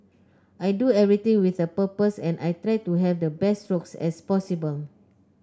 I do everything with a purpose and I try to have the best strokes as possible